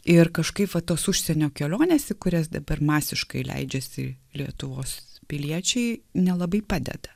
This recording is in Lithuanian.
ir kažkaip va tos užsienio kelionės į kurias dabar masiškai leidžiasi lietuvos piliečiai nelabai padeda